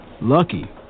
Lucky